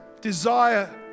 desire